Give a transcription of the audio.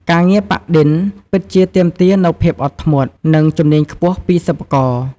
ការងារ ប៉ាក់-ឌិន ពិតជាទាមទារនូវភាពអត់ធ្មត់ និងជំនាញខ្ពស់ពីសិប្បករ។